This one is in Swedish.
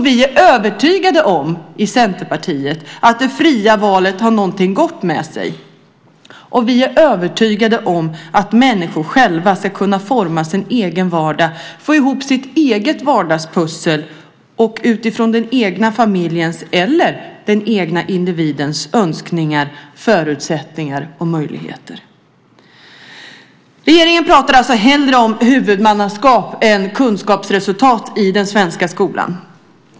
Vi i Centerpartiet är övertygade om att det fria valet för någonting gott med sig, och vi är övertygade om att människor själva ska kunna forma sin egen vardag, få ihop sitt eget vardagspussel utifrån den egna familjens eller den egna individens önskningar, förutsättningar och möjligheter. Regeringen pratar alltså hellre om huvudmannaskap än om kunskapsresultat i den svenska skolan.